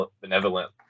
benevolent